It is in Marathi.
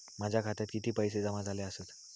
माझ्या खात्यात किती पैसे जमा झाले आसत?